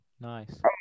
nice